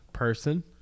person